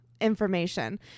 information